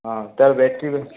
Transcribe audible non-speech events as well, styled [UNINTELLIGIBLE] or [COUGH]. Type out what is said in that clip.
ହଁ ତାର ବ୍ୟାଟେରୀ [UNINTELLIGIBLE]